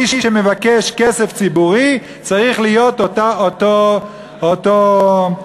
על כל מי שמבקש כסף ציבורי צריכה להיות אותה ביקורת.